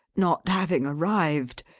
not having arrived,